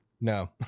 No